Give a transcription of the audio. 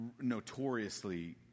notoriously